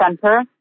center